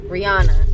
Rihanna